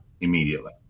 immediately